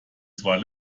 zwar